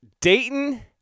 Dayton